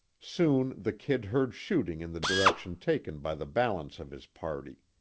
soon the kid heard shooting in the direction taken by the balance of his party.